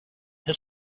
his